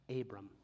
Abram